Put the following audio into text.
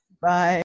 Bye